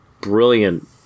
brilliant